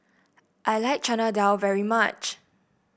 I like Chana Dal very much